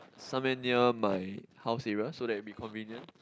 somewhere near my house area so that it'll be convenient